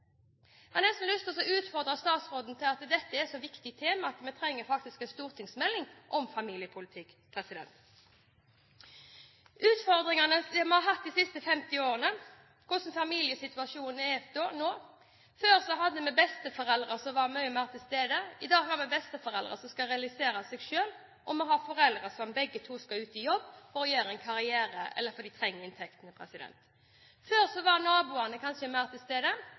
Jeg har nesten lyst til å utfordre statsråden på at dette er et så viktig tema at vi faktisk trenger en stortingsmelding om familiepolitikk. Når det gjelder utfordringene vi har hatt de siste 50 årene, og hvordan familiesituasjonen er nå: Før hadde vi besteforeldre som var mye mer til stede. I dag har vi besteforeldre som skal realisere seg selv, og vi har foreldre hvor begge skal ut i jobb for å gjøre karriere, eller fordi de trenger inntektene. Før var naboene kanskje mer til